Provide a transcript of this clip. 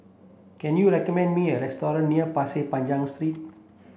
can you recommend me a restaurant near Pasir Street